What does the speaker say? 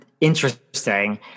Interesting